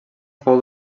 fou